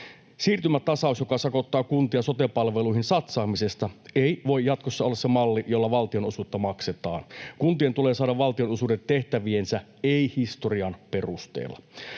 Siirtymätasaus, joka sakottaa kuntia sote-palveluihin satsaamisesta, ei voi jatkossa olla se malli, jolla valtionosuutta maksetaan. Kuntien tulee saada valtionosuudet tehtäviensä, ei historian perusteella.